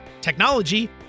technology